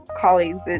colleagues